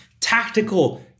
tactical